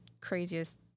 craziest